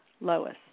Lois